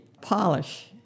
polish